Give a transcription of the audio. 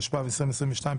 התשפ"ב-2022,